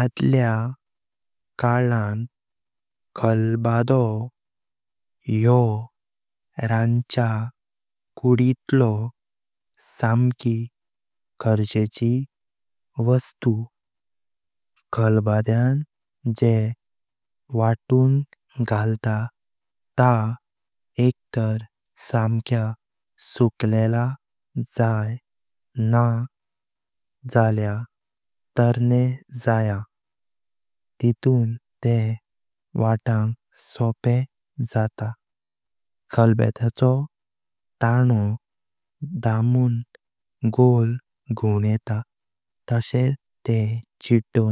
आदल्या काळान खलबदों हयो रानचा कुडीतलो सांकी गरजेची वस्तो। खलबद्यां जे वटुंग घाल्ता ता एक तार सांक्या सुकलेला जाये नांहं जल्यां तारणे जाये, तीतुं तें वटां सोपे जाता। खलबद्याचो दाणो दामून गोल घिवणेता तोशे ते चिड्डोव